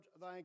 thy